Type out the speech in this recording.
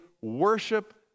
worship